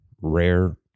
rare